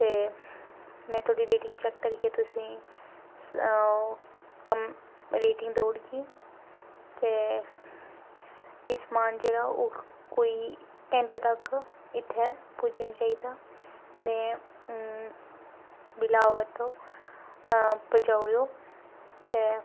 ते में तोआड़ी रेटिंग चैक्क करियै तुसेंगी ओह् कम रेटिंग देई ओड़गी ते एह् समान जेह्ड़ा ओह् कोई घैंटै तक इत्थै पुज्जी जाना चाहिदा में बिलाबर तो पजाई ओड़ेओ ते